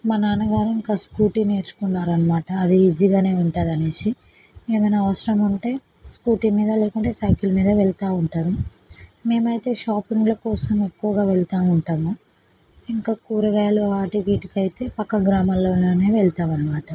మా నాన్నగారే ఇంకా స్కూటీ నేర్చుకున్నారు అన్నమాట అది ఈజీగానే ఉంటుంది అనేసి ఏమైనా అవసరం ఉంటే స్కూటీ మీద లేకుంటే సైకిల్ మీద వెళుతూ ఉంటారు మేము అయితే షాపింగ్ల కోసం ఎక్కువగా వెళుతూ ఉంటాము ఇంకా కూరగాయలు వాటి వీటికైతే ప్రక్క గ్రామాలలోనే వెళతాము అన్నమాట